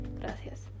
Gracias